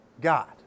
God